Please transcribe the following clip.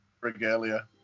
Regalia